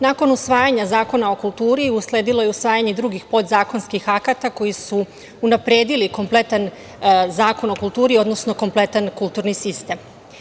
Nakon usvajanja Zakona o kulturi usledilo je usvajanje podzakonskih akata koji su unapredili kompletan Zakon o kulturi, odnosno kompletan kulturni sistem.